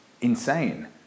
insane